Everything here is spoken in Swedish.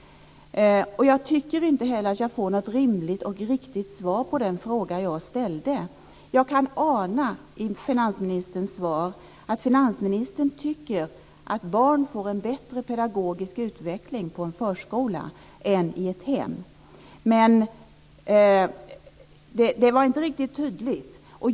Jag tycker inte heller att jag får något rimligt och riktigt svar på den fråga jag ställde. Jag kan i finansministerns svar ana att finansministern tycker att barn får en bättre pedagogisk utveckling på en förskola än i ett hem. Men det var inte riktigt tydligt.